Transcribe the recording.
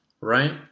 right